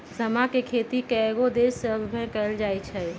समा के खेती कयगो देश सभमें कएल जाइ छइ